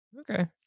Okay